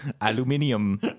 Aluminium